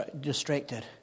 distracted